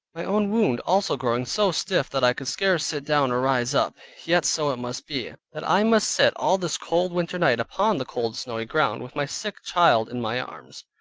my own wound also growing so stiff that i could scarce sit down or rise up yet so it must be, that i must sit all this cold winter night upon the cold snowy ground, with my sick child in my arms,